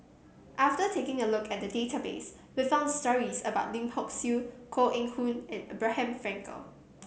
after taking a look at the database we found stories about Lim Hock Siew Koh Eng Hoon and Abraham Frankel